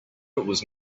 was